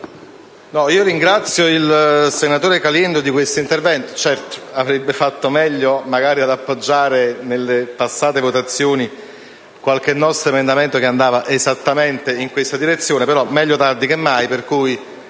ringrazio il senatore Caliendo per l'intervento testé svolto. Magari avrebbe fatto meglio ad appoggiare nelle passate votazioni qualche nostro emendamento che andava esattamente in questa direzione; comunque, meglio tardi che mai.